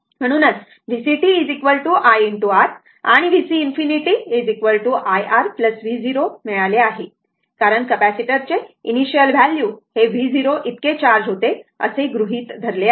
म्हणूनच Vc I R आणि vc ∞ I R v 0 मिळाला आहे कारण कॅपेसिटरचे इनिशिअल व्हल्यु हे v0 इतके चार्ज होते असे गृहित धरले आहे